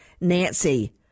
nancy